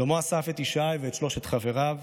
שלמה אסף את ישי ואת שלושת חבריו,